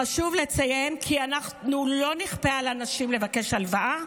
חשוב לציין כי לא נכפה על אנשים לבקש הלוואה.